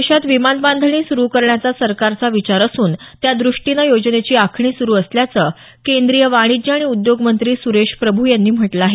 देशात विमानबांधणी सुरु करण्याचा सरकारचा विचार असून त्यादृष्टीनं योजनेची आखणी सुरु असल्याचं केंद्रीय वाणिज्य आणि उद्योगमंत्री सुरेश प्रभू यांनी म्हटलं आहे